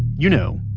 you know.